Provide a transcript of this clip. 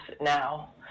now